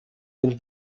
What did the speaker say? den